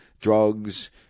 drugs